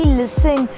listen